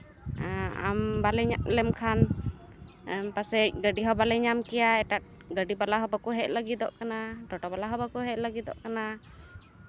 ᱟᱢ ᱵᱟᱞᱮ ᱧᱟᱢ ᱞᱮᱢᱠᱷᱟᱱ ᱯᱟᱥᱮᱡ ᱜᱟᱹᱰᱤ ᱦᱚᱸ ᱵᱟᱞᱮ ᱧᱟᱢ ᱠᱮᱭᱟ ᱮᱴᱟᱜ ᱜᱟᱹᱰᱤ ᱵᱟᱞᱟᱦᱚᱸ ᱵᱟᱠᱚ ᱦᱮᱡ ᱞᱟᱹᱜᱤᱫᱚᱜ ᱠᱟᱱᱟ ᱴᱳᱴᱳ ᱵᱟᱞᱟ ᱦᱚᱸ ᱵᱟᱠᱚ ᱦᱮᱡ ᱞᱟᱹᱜᱤᱫᱚᱜ ᱠᱟᱱᱟ